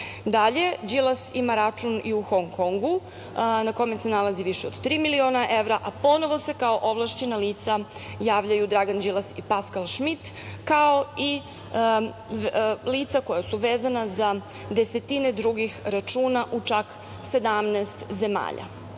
Dalje, Đilas ima račun i u Hong Hongu na kome se nalazi više od tri miliona evra, a ponovo se kao ovlašćena lica javljaju Dragan Đilas i Paskal Šmit, kao i lica koja su vezana za desetine drugih računa u čak 17 zemalja. Osim